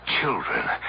children